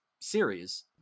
series